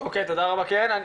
אוקי תודה רבה קרן,